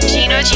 Gino